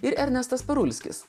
ir ernestas parulskis